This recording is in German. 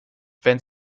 wenn